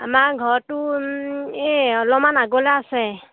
আমাৰ ঘৰটো এই অলপমান আগলৈ আছে